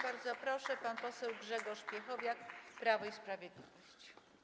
Bardzo proszę, pan poseł Grzegorz Piechowiak, Prawo i Sprawiedliwość.